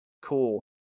Cool